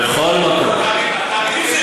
מכרו אותו או לא?